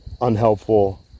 unhelpful